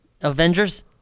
Avengers